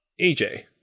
AJ